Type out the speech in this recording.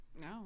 No